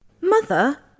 Mother